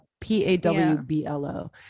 p-a-w-b-l-o